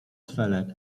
felek